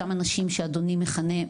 אותם אנשים שאדוני מכנה,